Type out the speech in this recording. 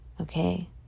okay